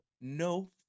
No